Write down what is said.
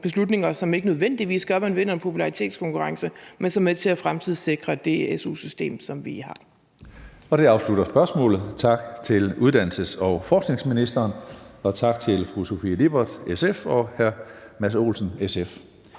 beslutninger, som ikke nødvendigvis gør, at man vinder en popularitetskonkurrence, men som er med til at fremtidssikre det su-system, som vi har. Kl. 15:05 Tredje næstformand (Karsten Hønge): Det afslutter spørgsmålet. Tak til uddannelses- og forskningsministeren, og tak til fru Sofie Lippert, SF, og hr. Mads Olsen, SF.